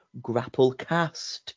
GrappleCast